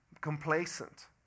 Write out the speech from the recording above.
complacent